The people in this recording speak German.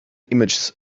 images